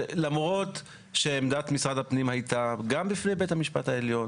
למרות שעמדת משרד הפנים הייתה בפני בית המשפט העליון